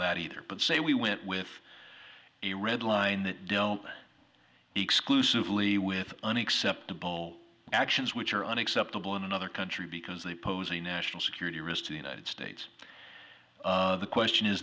that either but say we went with a red line that exclusively with unacceptable actions which are unacceptable in another country because they pose a national security risk to the united states the question is